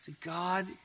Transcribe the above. God